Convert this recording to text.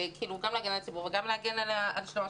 גם להגן על הציבור וגם להגן על המפגינים.